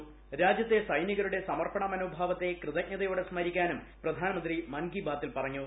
voice byte രാജ്യത്തെ സൈനികരുടെ സമർപ്പണ മനോഭാവത്തെ കൃതജ്ഞതയോടെ സ്മരിക്കാനും പ്രധാനമന്ത്രി മൻകി ബാത്തിൽ പറഞ്ഞു